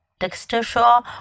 Dexter说